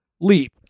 leap